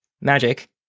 magic